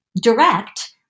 direct